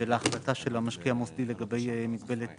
ההחלטה של המשקיע המוסדי לגבי מגבלת